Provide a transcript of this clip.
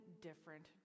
different